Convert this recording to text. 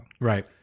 Right